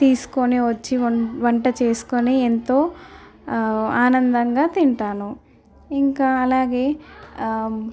తీసుకొని వచ్చి వం వంట చేసుకొని ఎంతో ఆనందంగా తింటాను ఇంకా అలాగే